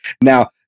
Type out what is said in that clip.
Now